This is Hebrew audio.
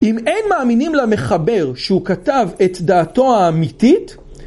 אם אין מאמינים למחבר שהוא כתב את דעתו האמיתית